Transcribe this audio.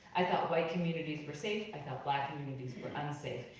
i thought white communities were safe, i thought black communities were unsafe.